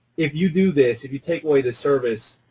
if you do this, if you take away the service,